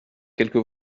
quelques